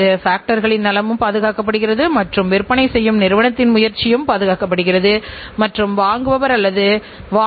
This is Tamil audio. ஆகவே ஒரு நிறுவனத்தின் சேவையை நாம் பயன்படுத்தும் போதுசில சமயங்களில் நாம் திருப்தி அடைவதில்லை